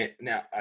now